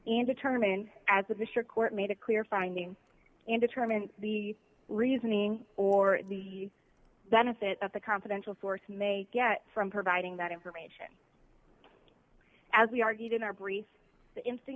and determine as a district court made a clear finding and determine the reasoning or the benefit of the confidential source may get from providing that information as we argued in our brief instant